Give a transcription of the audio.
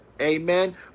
amen